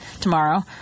tomorrow